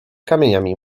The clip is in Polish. kamieniami